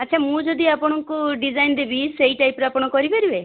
ଅଚ୍ଛା ମୁଁ ଯଦି ଆପଣଙ୍କୁ ଡିଜାଇନ୍ ଦେବି ସେଇ ଟାଇପ୍ ର ଆପଣ କରିପାରିବେ